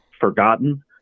forgotten